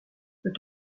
peut